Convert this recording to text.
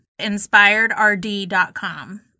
inspiredrd.com